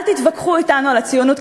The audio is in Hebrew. אל תתווכחו אתנו על הציונות.